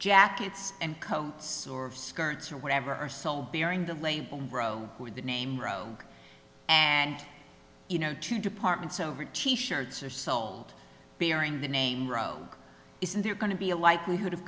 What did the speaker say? jackets and coats or skirts or whatever are so bearing the label row for the name row and you know two departments over t shirts are sold bearing the name roe isn't there going to be a likelihood of